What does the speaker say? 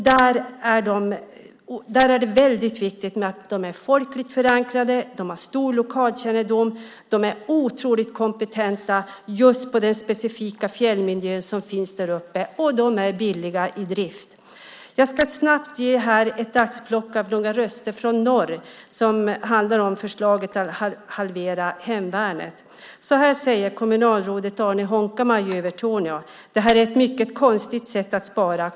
Där är det viktigt att som hemvärnet vara folkligt förankrad, att ha god lokalkännedom och att vara otroligt kompetent när det gäller den specifika fjällmiljö som finns där uppe. Hemvärnet är också billigt i drift. Jag ska snabbt ge ett axplock av några röster från norr som handlar om förslaget att halvera hemvärnet. Så här säger kommunalrådet Arne Honkamaa i Övertorneå: Det här är ett mycket konstigt sätt att spara.